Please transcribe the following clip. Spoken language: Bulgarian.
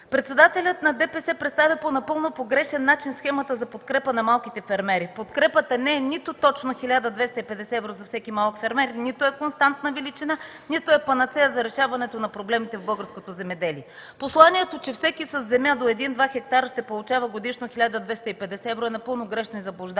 права и свободи представя по напълно погрешен начин схемата за подкрепа на малките фермери. Подкрепата не е нито точно 1250 евро за всеки малък фермер, нито е константна величина, нито е панацея за решаването на проблемите в българското земеделие. Посланието, че всеки със земя до 1-2 хектара ще получава годишно 1250 евро, е напълно грешна и заблуждаваща.